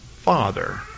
Father